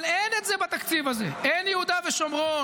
אבל אין את זה בתקציב הזה, אין יהודה ושומרון,